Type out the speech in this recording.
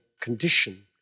condition